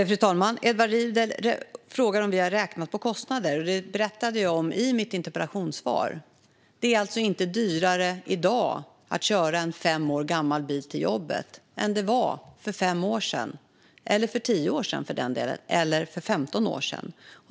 Fru talman! Edward Riedl frågar om vi har räknat på kostnader. Det berättade jag om i mitt interpellationssvar. Det är alltså inte dyrare att i dag köra en fem år gammal bil till jobbet än det var för fem år sedan eller för den delen tio eller femton år sedan.